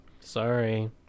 Sorry